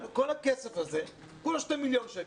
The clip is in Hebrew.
כל הכסף הזה, כולה הוא 2 מיליון שקל.